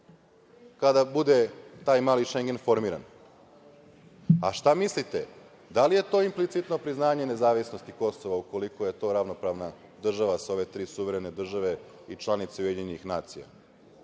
kada bude taj „mali Šengen“ formiran. A šta mislite da li je to implicitno priznanje nezavisnosti Kosova ukoliko je to ravnopravna država sa ove tri suverene države i članice Ujedinjenih nacija?